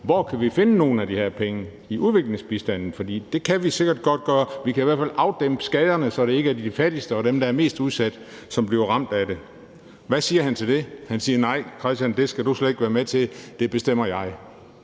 vi kan finde nogle af de her penge i udviklingsbistanden, for det kan vi sikkert godt gøre, vi kan i hvert fald inddæmme skaderne, så det ikke er de fattigste og dem, der er mest udsat, der bliver ramt af det, men hvad siger han til det? Han siger: Nej, Christian, det skal du slet ikke være med til; det bestemmer jeg.